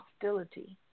hostility